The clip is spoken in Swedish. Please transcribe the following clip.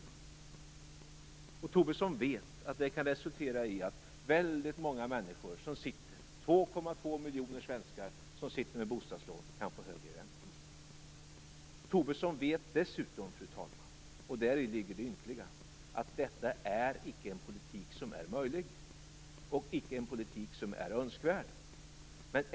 Lars Tobisson vet att det kan resultera i att väldigt många människor, 2,2 miljoner svenskar, som sitter med bostadslån kan få högre räntor. Lars Tobisson vet dessutom, fru talman, och däri ligger det ynkliga, att detta icke är en politik som är möjlig och icke heller en politik som är önskvärd.